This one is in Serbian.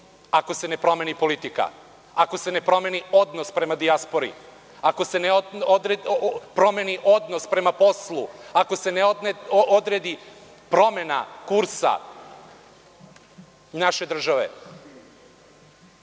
ako se ne promeni politika, ako se ne promeni odnos prema dijaspori, ako se ne promeni odnos prema poslu, ako se ne odredi promena kursa naše države. Videli